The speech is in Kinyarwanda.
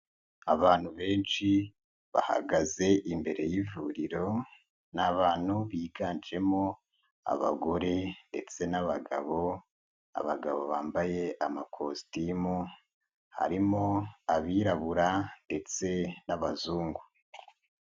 Abantu benshi bahagaze imbere y'ivuriro, ni abantu biganjemo abagore ndetse n'abagabo, abagabo bambaye amakositimu harimo abirabura ndetse n'abazungu.